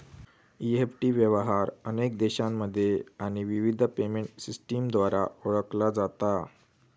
EFT व्यवहार अनेक देशांमध्ये आणि विविध पेमेंट सिस्टमद्वारा ओळखला जाता